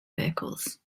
vehicles